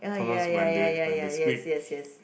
oh ya ya ya ya ya yes yes yes